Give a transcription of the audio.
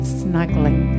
snuggling